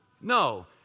No